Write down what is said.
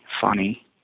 funny